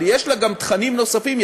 אבל יש לה גם תכנים נוספים,